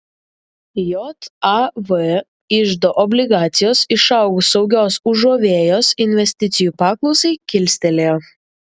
jav iždo obligacijos išaugus saugios užuovėjos investicijų paklausai kilstelėjo